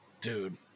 dude